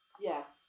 Yes